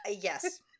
Yes